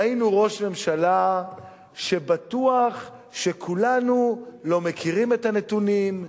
ראינו ראש ממשלה שבטוח שכולנו לא מכירים את הנתונים,